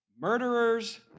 murderers